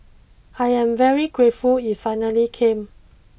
I am very grateful it finally came